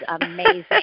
amazing